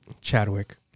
Chadwick